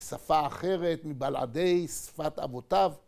שפה אחרת מבלעדי שפת אבותיו